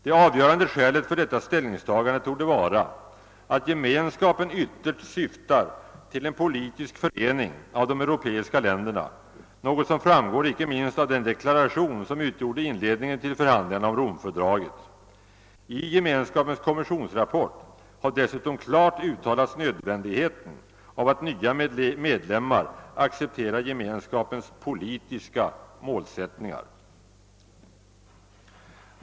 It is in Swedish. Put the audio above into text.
Det avgörande skälet för detta ställningstagande torde vara att Gemenskapen ytterst syftar till en politisk förening av de europeiska länderna, något som framgår icke minst av den deklaration som utgjorde inledningen till förhandlingarna om Romfördraget. I Gemenskapens kommissionsrapport har dessutom klart uttalats nödvändigheten av att nya medlemmar accepterar Gemenskapens politiska målsättningar.